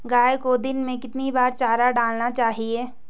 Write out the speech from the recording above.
गाय को दिन में कितनी बार चारा डालना चाहिए?